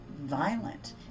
violent